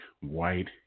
White